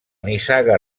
nissaga